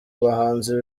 abahanzi